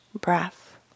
breath